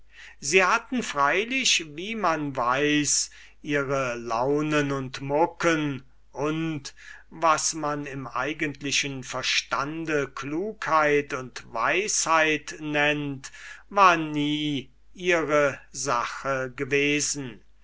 sie hatten freilich wie man weiß ihre launen und mucken und was man im eigentlichen verstande klugheit und weisheit nennt war nie ihre sache gewesen